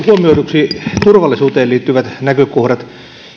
huomioiduksi turvallisuuteen liittyvät näkökohdat